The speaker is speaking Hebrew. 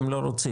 והם לא רוצים,